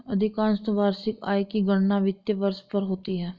अधिकांशत वार्षिक आय की गणना वित्तीय वर्ष पर होती है